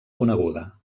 coneguda